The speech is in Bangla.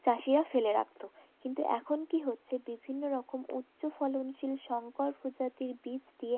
চাষিরা ফেলে রাখতো কিন্তু এখন কী হচ্ছে বিভিন্ন রকম উচ্চ ফলনশীল শংকর প্রজাতির বীজ দিয়ে